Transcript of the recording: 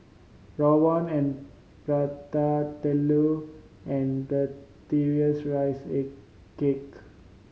rawon and Prata Telur and rice a cake